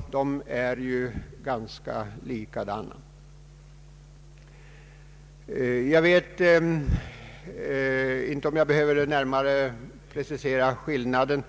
de är ganska likartade. Jag vet inte om jag behöver närmare precisera skillnaden.